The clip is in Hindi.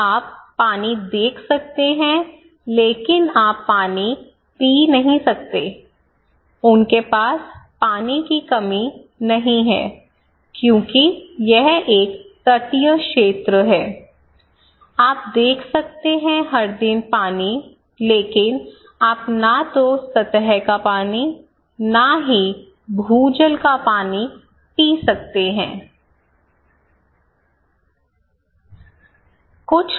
आप पानी देख सकते हैं लेकिन आप पानी नहीं पी सकते उनके पास पानी की कमी नहीं है क्योंकि यह एक तटीय क्षेत्र है आप देख सकते हैं हर दिन पानी लेकिन आप न तो सतह का पानी न ही भूजल का पानी पी सकते हैं